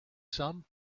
some